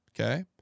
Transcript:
okay